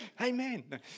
Amen